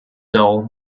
doll